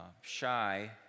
shy